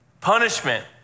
punishment